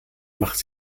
macht